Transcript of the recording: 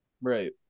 Right